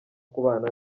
kubana